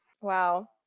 Wow